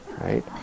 right